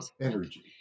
energy